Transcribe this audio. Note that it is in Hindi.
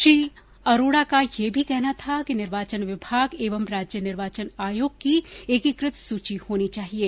श्री अरोड़ा का यह भी कहना था कि निर्वाचन विभाग एवं राज्य निर्वाचन आयोग की एकीकृत सूची होनी चाहिये